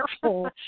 careful